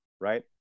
right